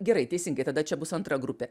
gerai teisingai tada čia bus antra grupė